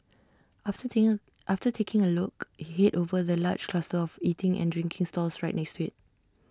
after after taking A look Head over to the large cluster of eating and drinking stalls right next to IT